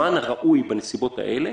שיאפשר לכם לעבוד בנסיבות האלה?